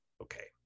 okay